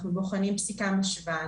אנחנו בוחנים פסיקה משווה.